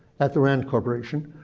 at the rand corporation,